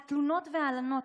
ולא העברת.